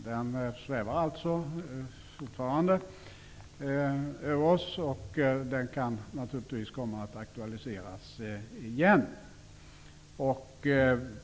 Den svävar alltså fortfarande över oss, och den kan naturligtvis komma att aktualiseras igen.